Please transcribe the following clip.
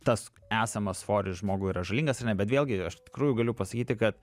tas esamas svoris žmogui yra žalingas ar ne bet vėlgi aš iš tikrųjų galiu pasakyti kad